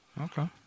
Okay